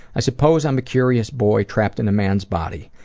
i suppose i'm a curious boy trapped in a man's body.